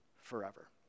forever